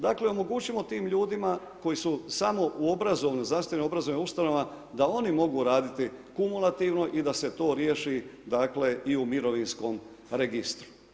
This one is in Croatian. Dakle omogućimo tim ljudima koji su samo u obrazovnim, znanstveno obrazovnim ustanovama da oni mogu raditi kumulativno i da se to riješi i u mirovinskom registru.